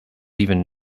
even